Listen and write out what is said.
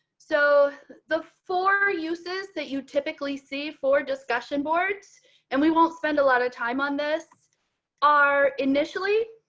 so the four uses that you typically see for discussion boards and we won't spend a lot of time on this are initially